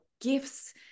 gifts